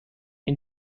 این